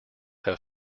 have